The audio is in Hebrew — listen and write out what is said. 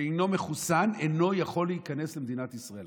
שאינו מחוסן אינו יכול להיכנס למדינת ישראל.